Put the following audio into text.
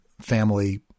family